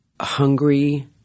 hungry